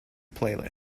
playlist